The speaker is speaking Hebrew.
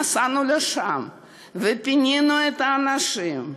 נסענו לשם ופינינו את האנשים.